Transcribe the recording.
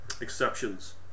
exceptions